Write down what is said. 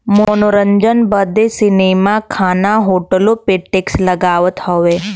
मनोरंजन बदे सीनेमा, खाना, होटलो पे टैक्स लगत हउए